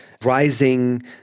rising